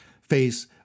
face